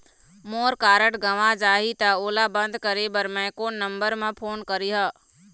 मोर card गंवा जाही त ओला बंद करें बर मैं कोन नंबर म फोन करिह?